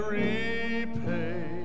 repay